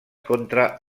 contra